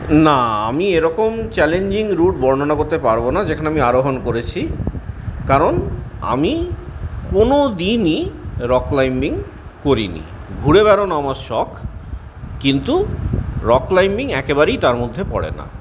না আমি এরকম চ্যালেঞ্জিং রুট বর্ণনা করতে পারব না যেখানে আমি আরোহণ করেছি কারণ আমি কোনোদিনই রক ক্লাইম্বিং করিনি ঘুরে বেড়ানো আমার শখ কিন্তু রক ক্লাইম্বিং একেবারেই তার মধ্যে পড়ে না